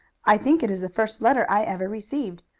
i think it is the first letter i ever received.